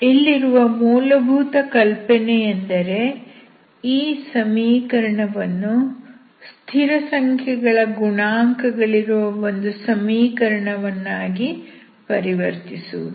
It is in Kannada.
ಇಲ್ಲಿರುವ ಮೂಲಭೂತ ಕಲ್ಪನೆಯೆಂದರೆ ಈ ಸಮೀಕರಣವನ್ನು ಸ್ಥಿರಸಂಖ್ಯೆಗಳ ಗುಣಾಂಕಗಳಿರುವ ಒಂದು ಸಮೀಕರಣವನ್ನಾಗಿ ಪರಿವರ್ತಿಸುವುದು